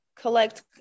collect